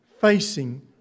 facing